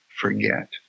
forget